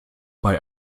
bei